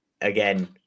again